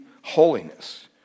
holiness